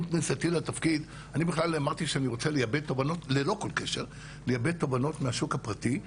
עם כניסתי לתפקיד אני בכלל אמרתי שאני רוצה לייבא תובנות מהשוק הפרטי,